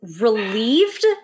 relieved